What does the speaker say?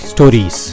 Stories